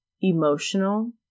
emotional